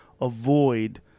avoid